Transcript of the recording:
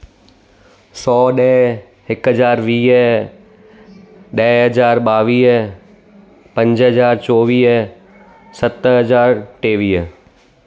सौ ॾह हिकु हज़ारु वीह ॾह हज़ार ॿावीह पंज हज़ार चोवीह सत हज़ार टेवीह